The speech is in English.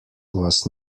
was